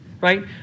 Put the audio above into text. right